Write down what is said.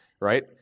Right